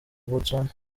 botswana